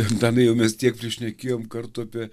antanai jau mes tiek prišnekėjom kartų apie